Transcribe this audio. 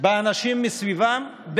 באנשים מסביבם.